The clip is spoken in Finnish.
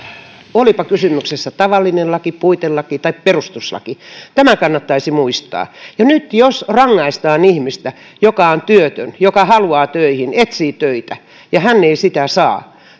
olipa kysymyksessä tavallinen laki puitelaki tai perustuslaki tämä kannattaisi muistaa nyt jos rangaistaan ihmistä joka on työtön joka haluaa töihin etsii töitä ja ei niitä saa